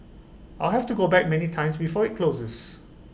I'll have to go back many times before IT closes